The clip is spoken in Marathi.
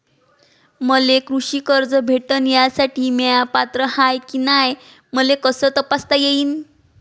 मले कृषी कर्ज भेटन यासाठी म्या पात्र हाय की नाय मले कस तपासता येईन?